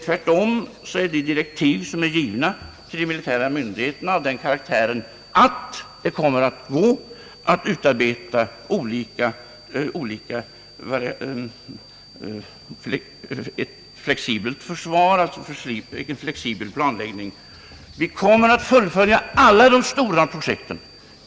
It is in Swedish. Tvärtom är de direktiv som är givna till de militära myndigheterna av den karaktären att det kommer att vara möjligt att utarbeta en intervallsplan. Vi kommer att fullfölja alla de stora projekten.